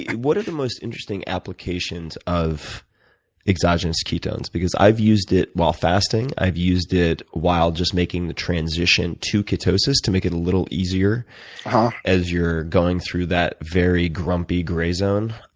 what are the most interesting applications of exogenous ketones? because i've used it while fasting, i've used it while just making the transition to ketosis to make it a little easier as you're going through that very grumpy, grey zone.